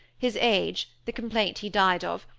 his age, the complaint he died of,